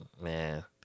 Man